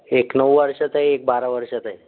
एक नऊ वर्षाचा आहे एक बारा वर्षाचा आहे